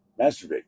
masturbate